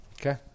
okay